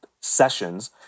Sessions